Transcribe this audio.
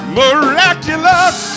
miraculous